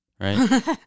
right